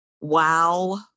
wow